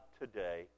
today